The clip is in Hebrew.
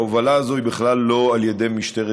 ההובלה הזאת היא בכלל לא על ידי משטרת